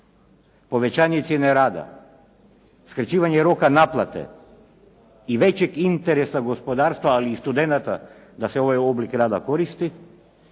povećanje cijene rada, skraćivanje roka naplate i većeg interesa gospodarstva, ali i studenata da se ovaj oblik rada koristi